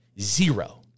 Zero